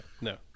no